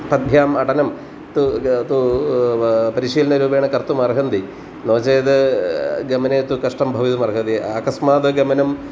पद्भ्याम् अटनं तु ग तु परिशीलनरूपेण कर्तुम् अर्हन्ति नो चेद् गमने तु कष्टं भवितुम् अर्हति अकस्मात् गमनं